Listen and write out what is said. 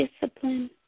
Discipline